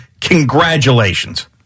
congratulations